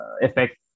Effect